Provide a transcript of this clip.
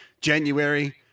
January